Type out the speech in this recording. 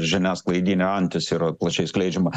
žiniasklaidinė antis yra plačiai skleidžiama